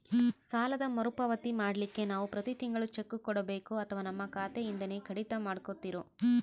ಸಾಲದ ಮರುಪಾವತಿ ಮಾಡ್ಲಿಕ್ಕೆ ನಾವು ಪ್ರತಿ ತಿಂಗಳು ಚೆಕ್ಕು ಕೊಡಬೇಕೋ ಅಥವಾ ನಮ್ಮ ಖಾತೆಯಿಂದನೆ ಕಡಿತ ಮಾಡ್ಕೊತಿರೋ?